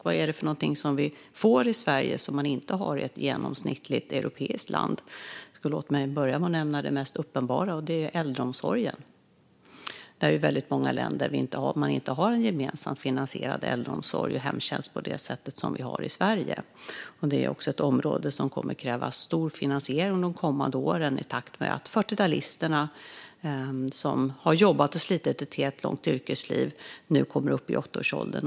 Vad är det vi får i Sverige som man inte har i ett genomsnittligt europeiskt land? Låt mig börja med att nämna det mest uppenbara: äldreomsorgen. Väldigt många länder har inte en gemensamt finansierad äldreomsorg och hemtjänst på det sätt som vi har i Sverige. Detta är ett område som kommer att kräva stor finansiering under de kommande åren i takt med att 40-talisterna, som har jobbat och slitit ett helt långt yrkesliv, kommer upp i 80-årsåldern.